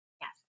Yes